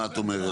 מה את אומרת?